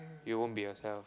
you won't be yourself